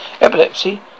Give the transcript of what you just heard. Epilepsy